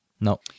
No